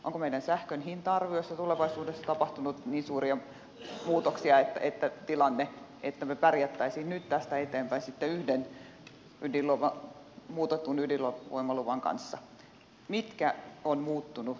onko meidän sähkön hinta arviossa tulevaisuudessa tapahtunut niin suuria muutoksia että me pärjäisimme nyt tästä eteenpäin sitten yhden muutetun ydinvoimaluvan kanssa